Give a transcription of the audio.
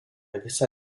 visą